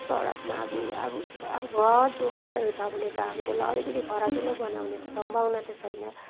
सडकमा अब अब अब घर दोकानहरू छ भने त अब त्यसलाई अलिकति फराकिलो बनाउने त सम्भावना त छैन